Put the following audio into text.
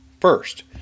First